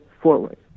forward